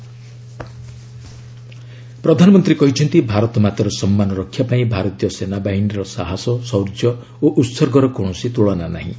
PM Leh ପ୍ରଧାନମନ୍ତ୍ରୀ କହିଛନ୍ତି ଭାରତମାତାର ସମ୍ମାନ ରକ୍ଷାପାଇଁ ଭାରତୀୟ ସେନାବାହିନୀର ସାହସ ଶୌର୍ଯ୍ୟ ଓ ଉତ୍ସର୍ଗର କୌଣସି ତ୍କଳନା ନାହିଁ